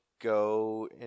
go